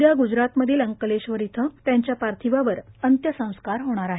उद्या ग्जरातमधील अंक्लेश्वर इथ त्यांच्या पार्थिवावर अंत्यसंस्कार होणार आहे